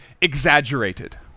exaggerated